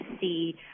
see